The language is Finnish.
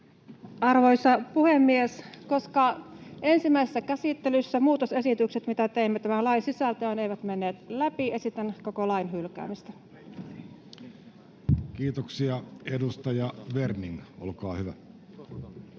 Arvoisa puhemies! Koska ensimmäisessä käsittelyssä muutosesitykset, mitä teimme tämän lain sisältöön, eivät menneet läpi, esitän koko lain hylkäämistä. Kiitoksia. — Edustaja Werning, olkaa hyvä.